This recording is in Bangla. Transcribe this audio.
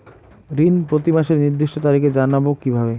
ঋণ প্রতিমাসের নির্দিষ্ট তারিখ জানবো কিভাবে?